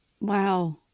Wow